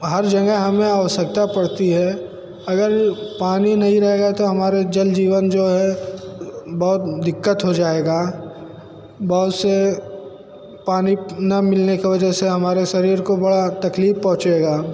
हर जगह हमें आवश्यकता पड़ती है अगर पानी नहीं रहेगा तो हमारे जन जीवन जो है बहुत दिक्कत हो जाएगा बहुत से पानी ना मिलने के वजह से हमारे शरीर को बड़ी तकलीफ़ पहुंचेगी